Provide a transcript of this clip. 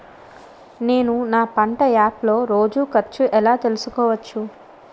నేను నా పంట యాప్ లో రోజు ఖర్చు ఎలా తెల్సుకోవచ్చు?